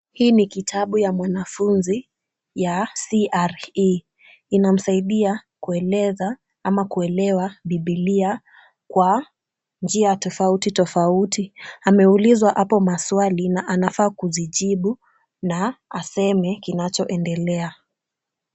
Hii ni kitabu ya mwanafunzi ya CRE . Inamsaidia kueleza ama kuelewa bibilia kwa njia tofauti tofauti. Ameulizwa hapo maswali na anafaa kuzijibu na asema kinachoendelea.